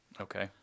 Okay